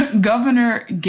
Governor